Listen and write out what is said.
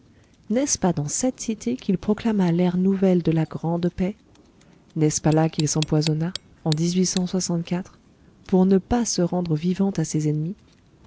n'est-ce pas dans cette cité qu'il proclama l'ère nouvelle de la grande paix n'est-ce pas là qu'il s'empoisonna en pour ne pas se rendre vivant à ses ennemis